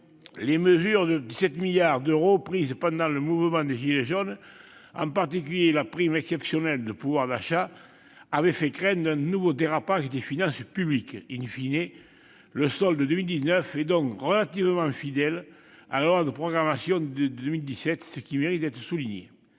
hauteur de 17 milliards d'euros prises pendant le mouvement des « gilets jaunes », en particulier la prime exceptionnelle de pouvoir d'achat, avaient fait craindre un nouveau dérapage des finances publiques., le solde 2019 est donc relativement fidèle à la loi de programmation de 2017, ce qui mérite d'être souligné.